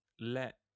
let